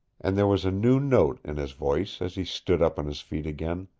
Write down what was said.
and there was a new note in his voice as he stood up on his feet again.